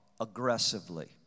aggressively